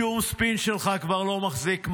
שום ספין שלך כבר לא מחזיק מים.